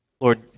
Lord